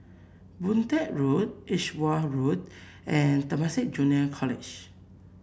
Boon Teck Road Edgeware Road and Temasek Junior College